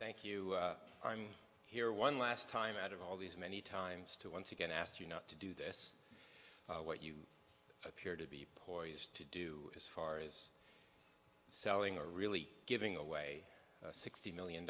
thank you i'm here one last time out of all these many times to once again ask you not to do this what you appear to be poised to do as far as selling a really giving away sixty million